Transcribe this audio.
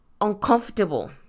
uncomfortable